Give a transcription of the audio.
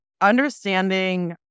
understanding